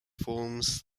forms